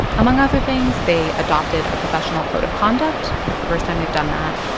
among other things, they adopted a professional code of conduct. it's the first time they've done that.